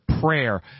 prayer